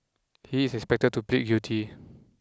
he is expected to plead guilty